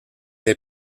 est